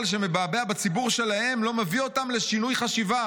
שמבעבע בציבור שלהם לא מביא אותם לשינוי חשיבה.